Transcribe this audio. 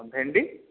ଆଉ ଭେଣ୍ଡି